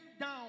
down